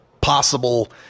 possible